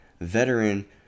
veteran